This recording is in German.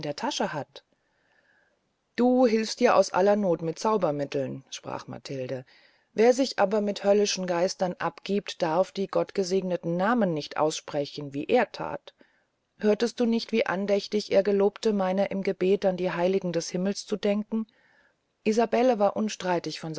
tasche hat du hilfst dir aus aller noth mit zaubermitteln sprach matilde wer sich aber mit höllischen geistern abgiebt darf die gottgesegneten namen nicht aussprechen wie er that hörtest du nicht wie andächtig er gelobte meiner im gebet an die heiligen des himmels zu denken isabelle war unstreitig von